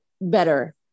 better